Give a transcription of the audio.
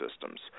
systems